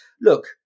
Look